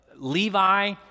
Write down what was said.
Levi